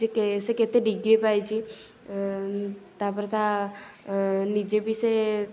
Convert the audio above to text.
ଯେ ସେ କେତେ ଡିଗ୍ରୀ ପାଇଛି ତା'ପରେ ତା ନିଜେ ବି ସେ